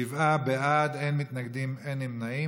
שבעה בעד, אין מתנגדים, אין נמנעים.